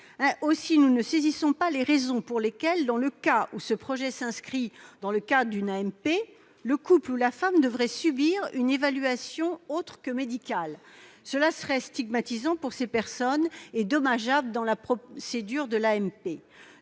Aussi, nous ne saisissons pas les raisons pour lesquelles, dans le cas où le projet s'inscrit dans le cadre d'une AMP, le couple ou la femme devrait subir une évaluation autre que médicale. Cela serait stigmatisant pour ces personnes et dommageable dans la procédure de l'AMP.